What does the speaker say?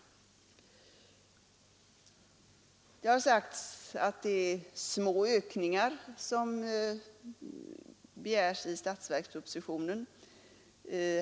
Det har sagts att det är små ökningar som föreslås i statsverkspropositionen.